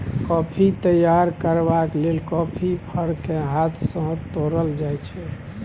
coffee तैयार करबाक लेल कॉफी फर केँ हाथ सँ तोरल जाइ छै